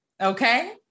Okay